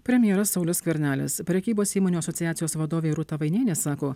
premjeras saulius skvernelis prekybos įmonių asociacijos vadovė rūta vainienė sako